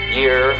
year